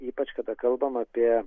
ypač kada kalbam apie